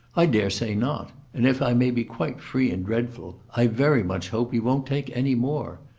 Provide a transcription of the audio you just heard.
i dare say not, and, if i may be quite free and dreadful, i very much hope he won't take any more.